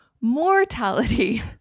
mortality